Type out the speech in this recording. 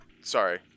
Sorry